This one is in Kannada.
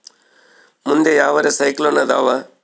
ಮುಂದೆ ಯಾವರ ಸೈಕ್ಲೋನ್ ಅದಾವ?